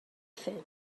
fer